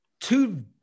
two